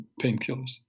painkillers